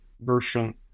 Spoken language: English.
version